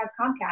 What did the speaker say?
Comcast